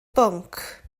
bwnc